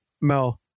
Mel